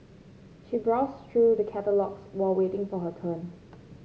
she browsed through the catalogues while waiting for her turn